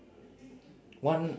one